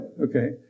Okay